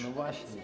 No właśnie.